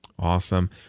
Awesome